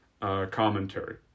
commentary